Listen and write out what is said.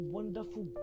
wonderful